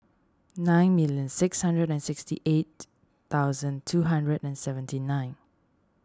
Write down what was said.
nine million six hundred and sixty eight thousand two hundred and seventy nine